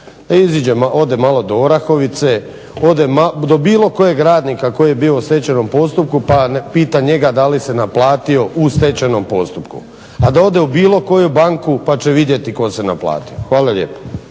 da izađe, da ode malo do Orahovice, ode do bilo kojeg radnika koji je bio u stečajnom postupku pa pita njega da li se naplatio u stečajnom postupku. A da ode u bilo koju banku pa će vidjeti tko se naplatio. Hvala lijepo.